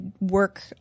work